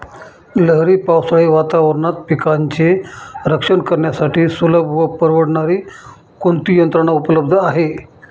लहरी पावसाळी वातावरणात पिकांचे रक्षण करण्यासाठी सुलभ व परवडणारी कोणती यंत्रणा उपलब्ध आहे?